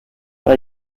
bei